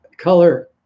color